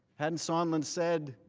and sondland said,